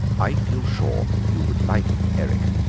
i feel sure you would like eric.